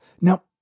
Now